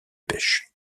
pêche